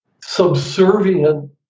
subservient